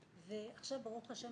ועכשיו ברוך השם,